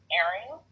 airing